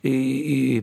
į į